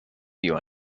view